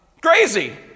Crazy